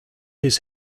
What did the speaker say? his